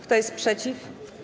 Kto jest przeciw?